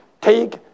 Take